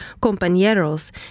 compañeros